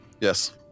Yes